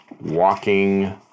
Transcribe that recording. walking